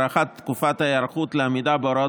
הארכת תקופת ההיערכות לעמידה בהוראות